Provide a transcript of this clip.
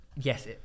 Yes